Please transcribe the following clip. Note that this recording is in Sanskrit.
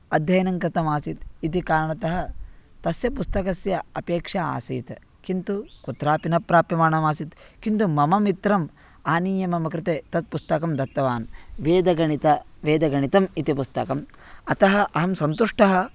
अध्ययनं कृतमासीत् इति कारणतः तस्य पुस्तकस्य अपेक्षा आसीत् किन्तु कुत्रापि न प्राप्यमाणमासीत् किन्तु मम मित्रम् आनीय मम कृते तत् पुस्तकं दत्तवान् वेदगणितं वेदगणितम् इति पुस्तकम् अतः अहं सन्तुष्टः